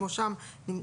כמו שם,